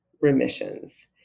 remissions